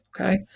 Okay